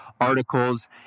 articles